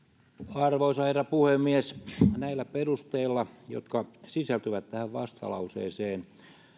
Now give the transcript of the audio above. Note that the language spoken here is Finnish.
arvoisa herra puhemies näillä perusteilla jotka sisältyvät tähän vastalauseeseen